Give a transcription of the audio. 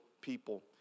people